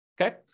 okay